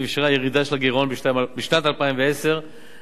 נרשמה ירידה של הגירעון בשנת 2010 ל-3.7%.